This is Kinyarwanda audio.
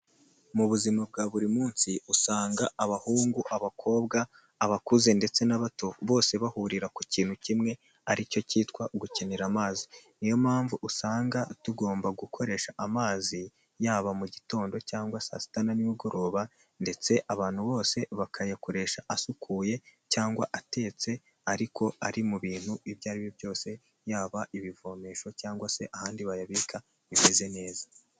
Mu buzima bwa buri munsi usanga abahungu, abakobwa, abakuze, ndetse n'abato bose bahurira ku kintu kimwe aricyo cyitwa gukenera amazi. Niyo mpamvu usanga tugomba gukoresha amazi yaba mu mugitondo cyangwa saa sita na nimugoroba, ndetse abantu bose bakayakoresha asukuye cyangwa atetse, ariko ari mu bintu ibyo aribyo byose yaba ibivomesho cyangwa se ahandi bayabika bimeze neza.